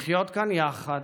לחיות כאן יחד,